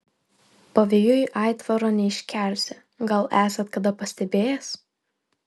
pavėjui aitvaro neiškelsi gal esat kada pastebėjęs